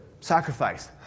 Sacrifice